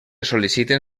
sol·liciten